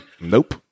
Nope